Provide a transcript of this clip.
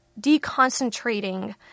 deconcentrating